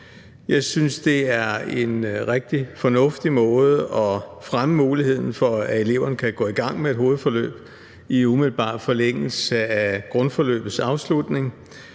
Jeg synes, det er en rigtig fornuftig måde, hvorpå man fremmer muligheden for, at eleverne kan gå i gang med et hovedforløb i umiddelbar forlængelse af grundforløbets afslutning,